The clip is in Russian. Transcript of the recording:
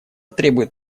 требует